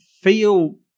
feel